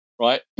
right